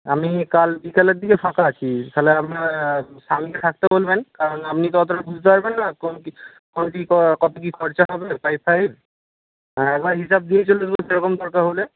আমি কাল বিকালের দিকে ফাঁকা আছি তাহলে আপনার স্বামীকে থাকতে বলবেন কারণ আপনি তো আপনি তো অতটা বুঝতে পারবেন না কোন কি কোন কি কত কী খরচা হবে পাইপ ফাইপ হ্যাঁ একবারে হিসেব দিয়েই চলে আসব সেরকম দরকার হলে